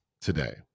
today